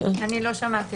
אני לא שמעתי.